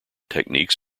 techniques